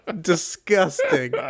Disgusting